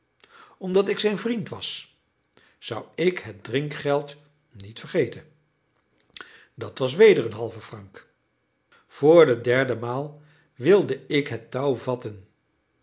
omdat ik zijn vriend was zou ik het drinkgeld niet vergeten dat was weder een halve franc voor de derde maal wilde ik het touw vatten